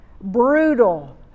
brutal